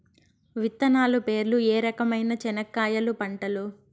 విత్తనాలు పేర్లు ఏ రకమైన చెనక్కాయలు పంటలు?